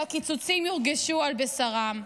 שהקיצוצים יורגשו על בשרם.